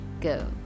go